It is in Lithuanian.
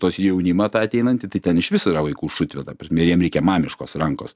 tuos į jaunimą tą ateinantį tai ten išvis yra vaikų šutvė ar ne jiem reikia mamiškos rankos